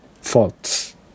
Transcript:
faults